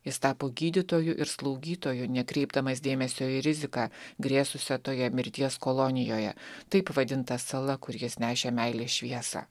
jis tapo gydytoju ir slaugytoju nekreipdamas dėmesio į riziką grėsusią toje mirties kolonijoje taip vadinta sala kur jis nešė meilės šviesą